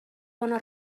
bona